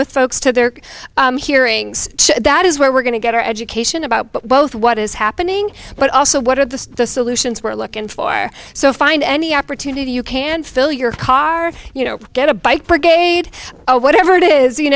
with folks to their hearings that is where we're going to get our education about both what is happening but also what are the solutions we're looking for so find any opportunity you can fill your car you know get a bike brigade whatever it is you